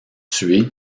tué